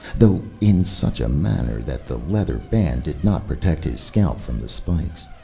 though in such a manner that the leather band did not protect his scalp from the spikes.